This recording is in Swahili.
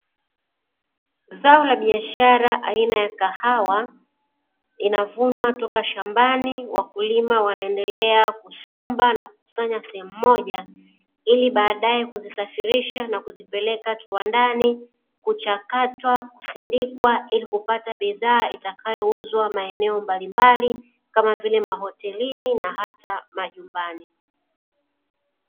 Zao la biashara aina ya kahawa, linavunwa toka shambani, wakulima wanaendelea kusomba na kukusanya sehemu moja ili baadae kuzisafirisha na kuzipeleka kiwandani kuchakatwa, kusindika ili kupata bidhaa itakayouzwa maeneo mbalimbali kama vile mahotelini na hata majumbani.